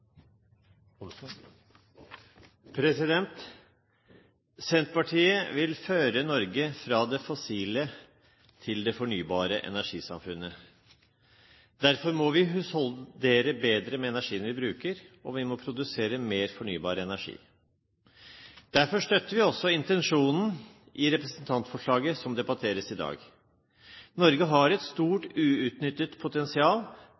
på. Senterpartiet vil føre Norge fra det fossile til det fornybare energisamfunnet. Derfor må vi husholdere bedre med den energien vi bruker, og vi må produsere mer fornybar energi. Derfor støtter vi også intensjonen i representantforslaget som debatteres i dag. Norge har et stor uutnyttet potensial